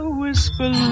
whisper